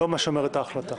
זה מה שאומרת ההחלטה.